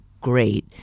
great